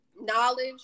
knowledge